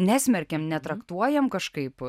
nesmerkėm netraktuojam kažkaip